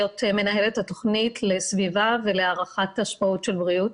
מנהלת התוכנית לסביבה ולהערכת השפעות של בריאות.